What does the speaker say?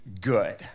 good